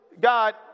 God